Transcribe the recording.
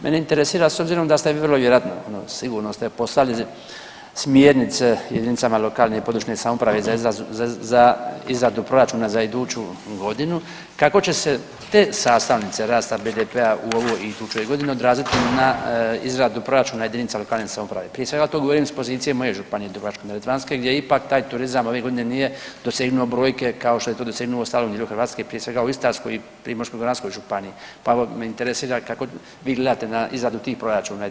Mene interesira s obzirom da ste vi vrlo vjerojatno ono sigurno ste poslali smjernice jedinicama lokalne i područne samouprave za izradu proračuna za iduću godinu, kako će se te sastavnice rasta BDP-a u ovoj i u idućoj godini odraziti na izradu proračuna JLS, prije svega to govorim s pozicije moje županije Dubrovačko-neretvanske gdje ipak taj turizam ove godine nije dosegnuo brojke kao što je to dosegnuo u ostalom dijelu Hrvatske, prije svega u Istarskoj i Primorsko-goranskoj županiji, pa me interesira kako vi gledate na izradu tih proračuna JLS.